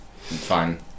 fine